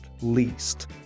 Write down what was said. least